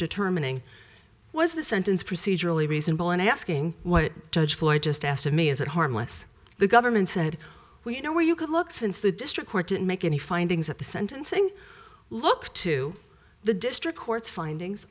determining was the sentence procedurally reasonable and i'm asking what judge floyd just asked of me is it harmless the government said well you know where you could look since the district court didn't make any findings at the sentencing look to the district court's findings